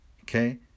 Okay